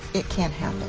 it can happen.